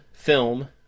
film